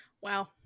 Wow